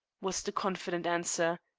was the confident answer.